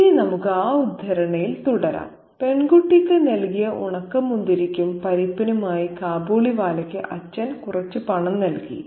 ഇനി നമുക്ക് ആ ഉദ്ധരണിയിൽ തുടരാം പെൺകുട്ടിക്ക് നൽകിയ ഉണക്കമുന്തിരിക്കും പരിപ്പിനുമായി കാബൂളിവാലയ്ക്ക് അച്ഛൻ കുറച്ച് പണം നൽകി